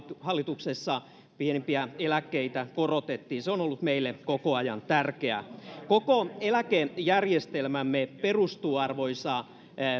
hallituksessa pienimpiä eläkkeitä korotettiin se on ollut meille koko ajan tärkeää koko eläkejärjestelmämme perustuu arvoisa